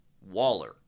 Waller